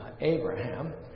Abraham